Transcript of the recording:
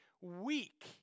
weak